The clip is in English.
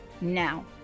now